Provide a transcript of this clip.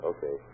Okay